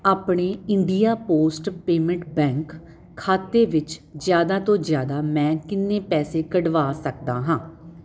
ਆਪਣੇ India Post Payment Bank ਖਾਤੇ ਵਿੱਚ ਜ਼ਿਆਦਾ ਤੋਂ ਜ਼ਿਆਦਾ ਮੈਂ ਕਿੰਨੇ ਪੈਸੇ ਕੱਢਵਾ ਸਕਦਾ ਹਾਂ